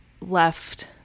left